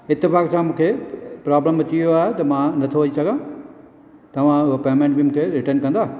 इतिफ़ाक़ सां मूंखे प्रोब्लम अची वियो आहे त मां नथो अची सघां तव्हां उहा पेमेंट बि मूंखे रिटर्न कंदा